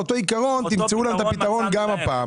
אותו עיקרון תמצאו להן פתרון גם הפעם.